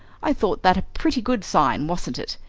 i thought that a pretty good sign, wasn't it?